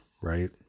right